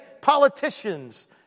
politicians